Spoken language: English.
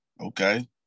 Okay